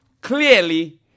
clearly